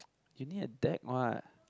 you need a deck what